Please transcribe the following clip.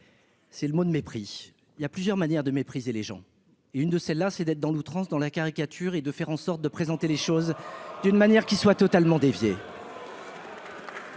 C'est le mot de mépris, il y a plusieurs manières de mépriser les gens, et une de celle-là, c'est d'être dans l'outrance dans la caricature et de faire en sorte de présenter les choses d'une manière qui soit totalement dévié.